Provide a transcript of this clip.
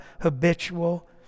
habitual